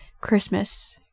christmas